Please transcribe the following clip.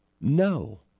No